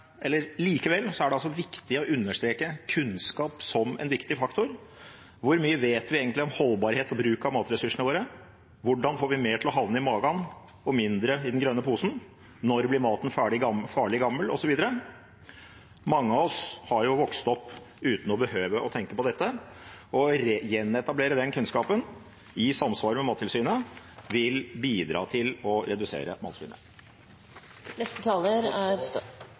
Likevel er det viktig å understreke kunnskap som en viktig faktor – hvor mye vet vi egentlig om holdbarhet og bruk av matressursene våre, hvordan får vi mer til å havne i magen og mindre i den grønne posen, når blir maten farlig gammel, osv. Mange av oss har vokst opp uten å behøve å tenke på dette, og det å gjenetablere den kunnskapen i samsvar med Mattilsynet vil bidra til å redusere